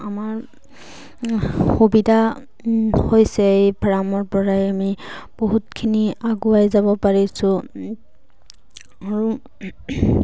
আমাৰ সুবিধা হৈছে এই ফাৰ্মৰ পৰাই আমি বহুতখিনি আগুৱাই যাব পাৰিছোঁ আৰু